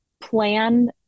plan